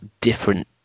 different